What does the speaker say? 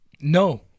No